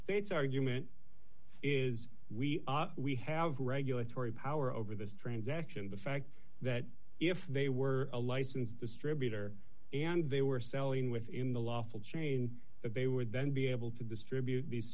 states argument is we we have regulatory power over this transaction the fact that if they were a license distributor and they were selling within the lawful chain that they would then be able to distribute these